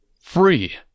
Free